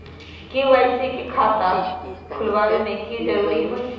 KYC के खाता खुलवा में की जरूरी होई?